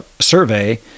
survey